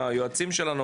היועצים שלנו,